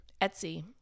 Etsy